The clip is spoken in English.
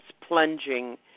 plunging